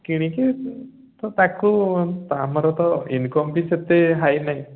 କିଣିକି ତାକୁ ଆମର ତ ଇନକମ ବି ସେତେ ହାଇ ନାଇଁ